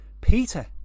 peter